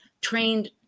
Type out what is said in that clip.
trained